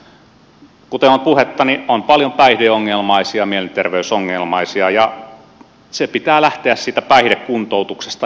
kuten on ollut puhetta niin on paljon päihdeongelmaisia mielenterveysongelmaisia ja pitää lähteä siitä päihdekuntoutuksesta